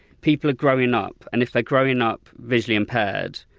people are growing up and if they're growing up visually impaired,